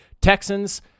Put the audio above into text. Texans